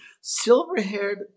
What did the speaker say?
silver-haired